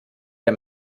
der